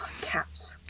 Cats